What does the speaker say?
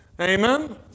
Amen